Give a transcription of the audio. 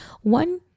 one